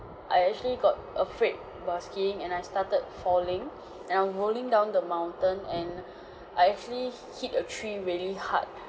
I actually got afraid while skiing and I started falling and I'm rolling down the mountain and I actually hit a tree really hard